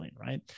right